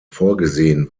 vorgesehen